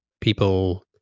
people